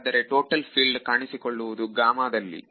ಹಾಗಾದರೆ total field ಕಾಣಿಸಿಕೊಳ್ಳುವುದು ಇಲ್ಲಿ